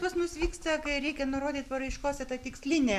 pas mus vyksta kai reikia nurodyt paraiškose ta tikslinė